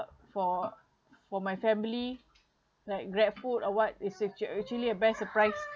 for for my family like GrabFood or what is is actually a best surprise